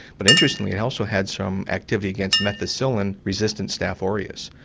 but interestingly, it also had some activity against methicillin-resistant staph ah aureus,